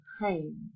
pain